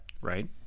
Right